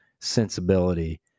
sensibility